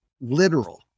literal